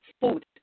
food